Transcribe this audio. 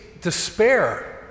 despair